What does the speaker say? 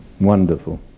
Wonderful